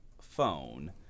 phone –